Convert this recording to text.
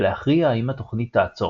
ולהכריע האם התוכנית תעצור.